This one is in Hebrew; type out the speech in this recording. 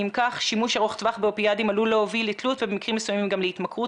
שימוש ארוך באופיאידים עלול להוביל לתלות ובמקרים מסוימים גם להתמכרות,